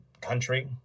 country